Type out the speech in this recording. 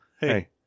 Hey